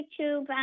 YouTube